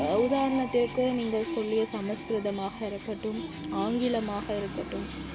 உதாரணத்திற்கு நீங்கள் சொல்லிய சமஸ்கிருதமாக இருக்கட்டும் ஆங்கிலமாக இருக்கட்டும்